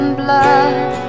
blood